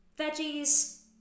veggies